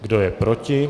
Kdo je proti?